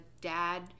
dad